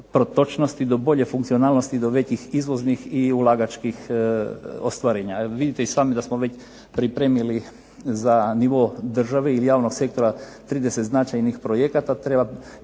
do bolje funkcionalnosti, do većih izvoznih i ulagačkih ostvarenja. Jer vidite i sami da smo već pripremili za nivo države ili javnog sektora 30 značajnih projekata,